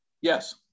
Yes